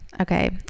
Okay